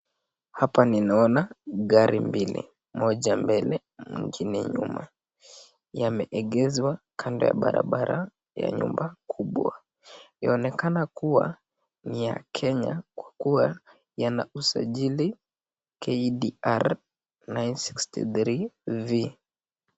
Hapa naona gari mbili, moja mbele mwingine nyuma yameegezwa kando ya barabara ya nyumba kubwa yaonekanekana kuwa ni ya kenya kwakuwa yanausajili KDR963V.